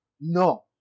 No